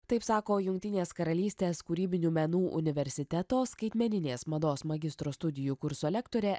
taip sako jungtinės karalystės kūrybinių menų universiteto skaitmeninės mados magistro studijų kurso lektorė